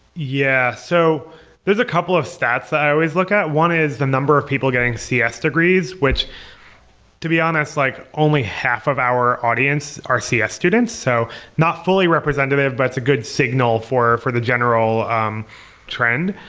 yeah. so there's a couple of stats that i always look at one is the number of people getting cs degrees, which to be honest, like only half of our audience are cs students. so not fully representative, but it's a good signal for for the general um trend.